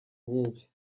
nyinshi